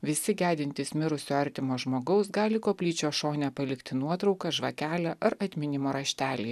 visi gedintys mirusio artimo žmogaus gali koplyčios šone palikti nuotrauką žvakelę ar atminimo raštelį